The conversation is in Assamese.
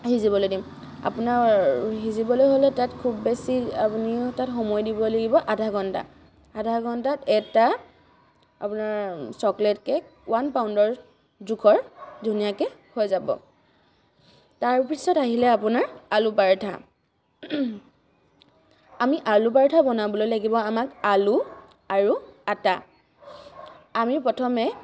সিজিবলৈ দিম আপোনাৰ সিজিবলৈ হ'লে তাত খুব বেছি আপুনি তাত সময় দিব লাগিব আধা ঘণ্টা আধা ঘণ্টাত এটা আপোনাৰ চকলেট কে'ক ওৱান পাউণ্ডৰ জোখৰ ধুনীয়াকৈ হৈ যাব তাৰপিছত আহিলে আপোনাৰ আলু পাৰাঠা আমি আলু পৰাঠা বনাবলৈ লাগিব আমাক আলু আৰু আটা আমি প্ৰথমে